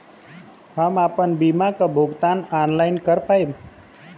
हम आपन बीमा क भुगतान ऑनलाइन कर पाईब?